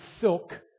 silk